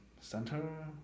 center